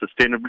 sustainably